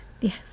Yes